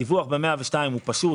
הדיווח בטופס 102 הוא פשוט.